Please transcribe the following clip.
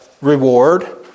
reward